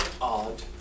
odd